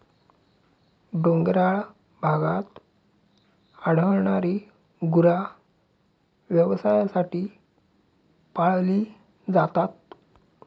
डोंगराळ भागात आढळणारी गुरा व्यवसायासाठी पाळली जातात